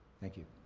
thank you.